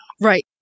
Right